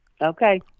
Okay